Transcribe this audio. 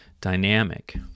dynamic